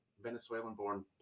Venezuelan-born